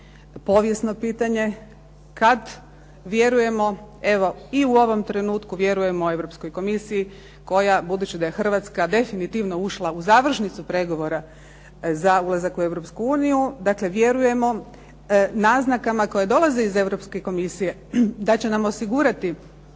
povijesno pitanje kad vjerujemo, i u ovom trenutku vjerujemo Europskoj komisiji koja budući da je Hrvatska definitivno ušla u završnicu pregovora za ulazak u Europsku uniju. Dakle, vjerujemo naznakama koje dolaze iz Europske komisije da će nam osigurati